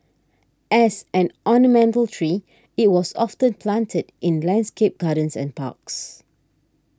as an ornamental tree it was often planted in landscaped gardens and parks